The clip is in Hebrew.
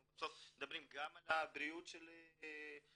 אנחנו בסוף מדברים גם על הבריאות של אזרחי